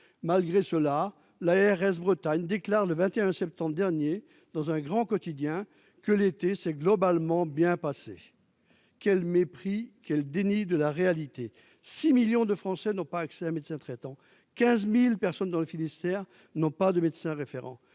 malgré cela, l'ARS, Bretagne, déclare le 21 septembre dernier dans un grand quotidien que l'été s'est globalement bien passé, quel mépris, quel déni de la réalité, 6 millions de Français n'ont pas accès à un médecin traitant 15000 personnes dans le Finistère, non pas de médecin référent,